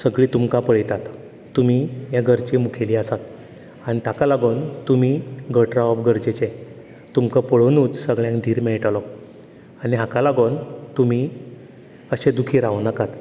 सगळीं तुमकां पळयतात तुमी ह्या घरची मुखेली आसात आनी ताका लागून तुमी घट रावप गरजेचें तुमकां पळोवनूच सगल्यांक धीर मेळटलो आनी हाका लागोन तुमी अशें दुखी रावो नाकात